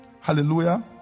Hallelujah